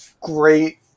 great